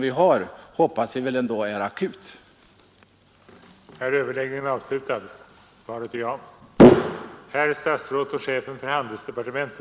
Vi hoppas väl trots allt att den situation vi har är övergående.